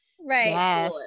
Right